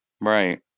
Right